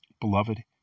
beloved